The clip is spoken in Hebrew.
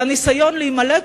והניסיון להימלט,